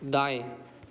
दाएँ